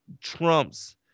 trumps